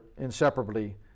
inseparably